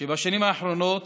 שבשנים האחרונות